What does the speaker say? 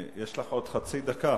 יש לך עוד חצי דקה.